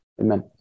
Amen